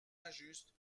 injuste